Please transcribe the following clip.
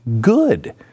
good